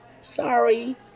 sorry